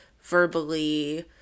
verbally